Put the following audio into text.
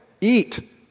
eat